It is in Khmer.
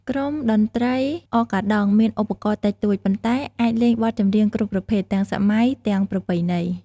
ក្រុមតន្ត្រី អកកាដង់មានឧបករណ៍តិចតួច ប៉ុន្តែអាចលេងបទចម្រៀងគ្រប់ប្រភេទ ទាំងសម័យ ទាំងប្រពៃណី ។